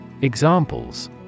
Examples